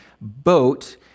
boat